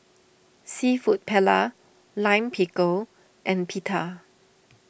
Seafood Paella Lime Pickle and Pita